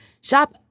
Shop